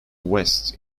west